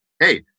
hey